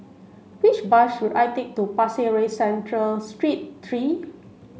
which bus should I take to Pasir Ris Central Street three